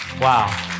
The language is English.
Wow